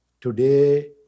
today